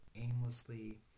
aimlessly